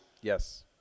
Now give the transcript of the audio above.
Yes